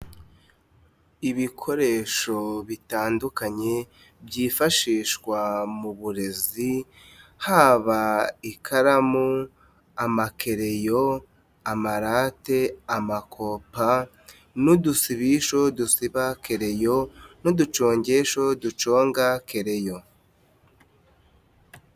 Ibikoresho bitandukanye byifashishwa mu burezi haba ikaramu, amakereyo, amarate, amakopa n'udusibisho dusiba ikereyo n'uducongesho duconga kereyo.